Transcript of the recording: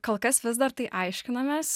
kol kas vis dar tai aiškinamės